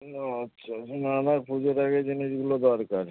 ও আচ্ছা আচ্ছা না আমার পুজোর আগে জিনিসগুলো দরকার